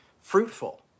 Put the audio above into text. fruitful